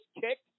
kicked